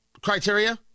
criteria